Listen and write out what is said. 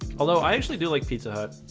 although i actually do like pizza hut